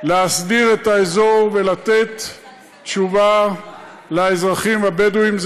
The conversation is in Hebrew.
להסדיר את האזור ולתת תשובה לאזרחים הבדואים.